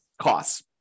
costs